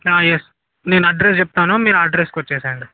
yes నేను address చెప్తాను మీరు అడ్రస్కి వచ్చేయ్యండి